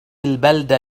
البلدة